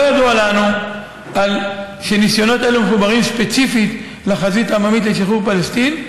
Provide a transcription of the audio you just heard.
לא ידוע לנו שניסיונות אלו מחוברים ספציפית לחזית העממית לשחרור פלסטין.